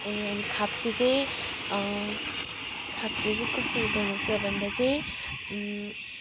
ए अनि खाब्स्यो चाहिँ खाब्स्यो चाहिँ कसरी बनाउँछ भन्दा चाहिँ